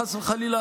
חס וחלילה,